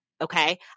okay